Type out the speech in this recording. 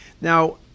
Now